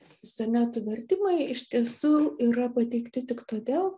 sonetų vertimai iš tiesų yra pateikti tik todėl